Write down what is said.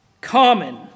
common